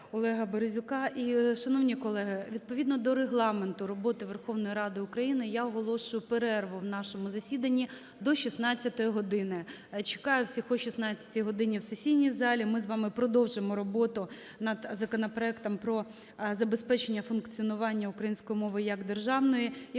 Олега Березюка. І, шановні колеги, відповідно до Регламенту роботи Верховної Ради України, я оголошую перерву в нашому засіданні до 16 години. Чекаю всіх о 16 годині в сесійній залі, ми з вами продовжимо роботу над законопроектом про забезпечення функціонування української мови як державної